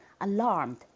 Alarmed